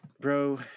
bro